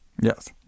Yes